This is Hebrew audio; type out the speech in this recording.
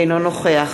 אינו נוכח